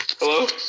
Hello